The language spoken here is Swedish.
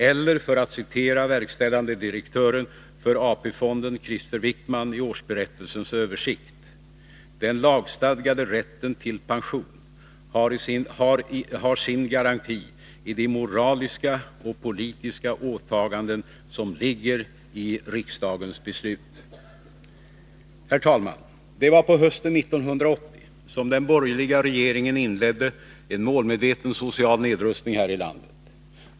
Eller för att citera verkställande direktören för AP-fonden, Krister Wickman, i årsberättelsens översikt: ”Den lagstadgade rätten till pension har sin garanti i de moraliska och politiska åtaganden som ligger i riksdagens beslut.” Herr talman! Det var på hösten 1980 som den borgerliga regeringen inledde en medveten social nedrustning här i landet.